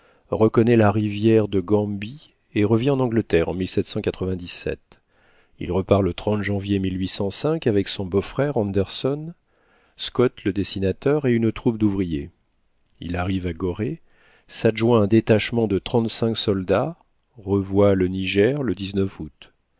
reconnaît la rivière de gambie et revient en angleterre en il repart le janvier avec son beau-frère anderson scott le dessinateur et une troupe douvriers il arrive à gorée s'adjoint un détachement de trente-cinq soldats revoit le niger le août